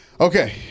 Okay